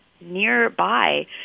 nearby